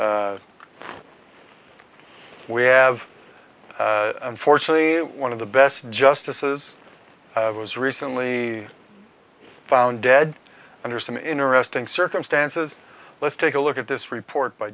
we have unfortunately one of the best justices was recently found dead under some interesting circumstances let's take a look at this report by